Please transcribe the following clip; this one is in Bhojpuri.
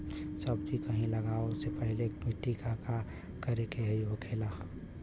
सब्जी कभी लगाओ से पहले मिट्टी के का करे के होखे ला?